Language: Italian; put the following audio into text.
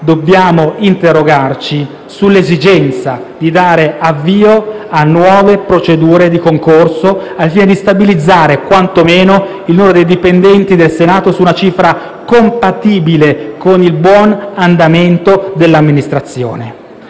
dobbiamo interrogarci sull'esigenza di dare avvio a nuove procedure di concorso, al fine di stabilizzare quantomeno il numero dei dipendenti del Senato su una cifra compatibile con il buon andamento dell'amministrazione.